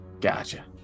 Gotcha